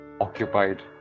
occupied